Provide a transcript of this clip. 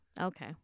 Okay